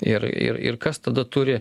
ir ir ir kas tada turi